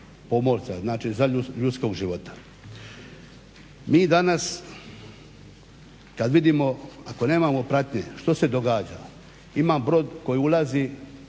znači ljudskog života. Mi danas kada vidimo ako nemamo pratnje, što se događa? Ima brod koji ulazi